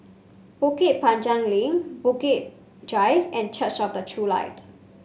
Bukit Panjang Link Bukit Drive and Church of the True Light